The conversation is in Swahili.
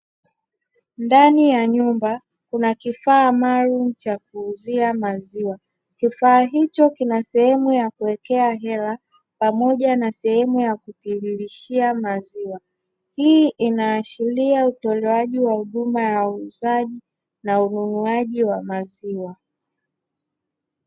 Ndani ya nyumba kuna kifaa maalumu cha kuuzia maziwa kifaa hicho kina sehemu ya kuwekea hela pamoja na sehemu ya kutiririshia maziwa, hii inaashiria utolewaji wa huduma ya uuzaji na ununuaji wa maziwa.